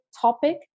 topic